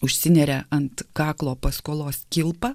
užsineria ant kaklo paskolos kilpą